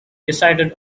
decided